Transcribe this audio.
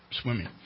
swimming